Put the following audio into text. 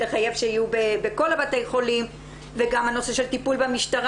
לחייב שיהיו בכל בתי החולים וגם הנושא של טיפול במשטרה